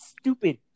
stupid